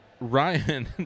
Ryan